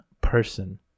person